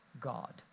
God